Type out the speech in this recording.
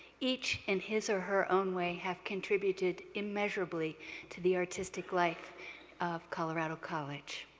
each in his or her own way have contributed immeasurably to the artistic life of colorado college.